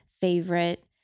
favorite